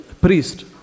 priest